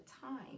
time